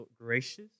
gracious